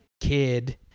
kid